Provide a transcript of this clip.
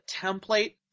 template